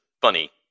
funny